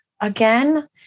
again